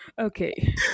Okay